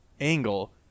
angle